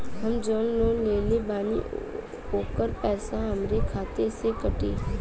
हम जवन लोन लेले बानी होकर पैसा हमरे खाते से कटी?